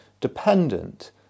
dependent